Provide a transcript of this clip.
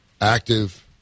Active